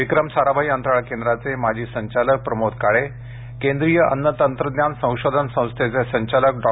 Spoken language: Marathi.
विक्रम साराभाई अंतराळ केंद्राचे माजी संचालक प्रमोद काळे केंद्रीय अन्न तंत्रज्ञान संशोधन संस्थेचे संचालक डॉ